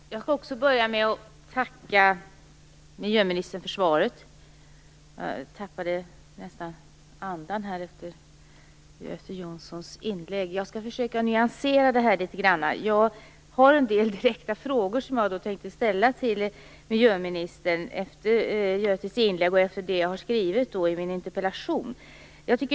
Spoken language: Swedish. Herr talman! Jag skall börja med att tacka miljöministern för svaret. Jag tappade nästan andan efter Göte Jonssons inlägg, men jag skall försöka nyansera det litet grand. Jag har en del direkta frågor som jag vill ställa till miljöministern efter Götes Jonssons inlägg och efter det jag skrev i min interpellation.